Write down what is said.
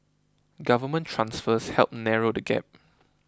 government transfers help narrow the gap